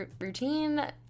routine